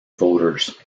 voters